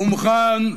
והוא מוכן,